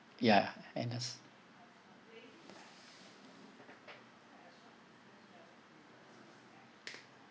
ya agnes